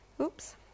Oops